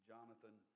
Jonathan